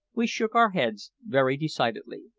we shook our heads very decidedly.